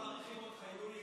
תראה כמה מעריכים אותך, יולי.